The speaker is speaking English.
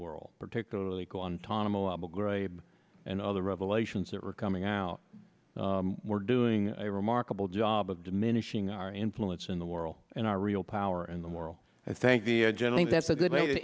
world particularly guantanamo abu ghraib and other revelations that were coming out we're doing a remarkable job of diminishing our influence in the world and our real power in the world i thank the gentleman that's a good way to